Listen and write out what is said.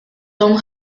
tom